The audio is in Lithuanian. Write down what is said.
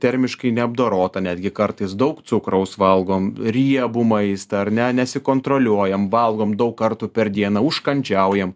termiškai neapdorotą netgi kartais daug cukraus valgom riebų maistą ar ne nesikontroliuojam valgom daug kartų per dieną užkandžiaujam